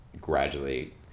gradually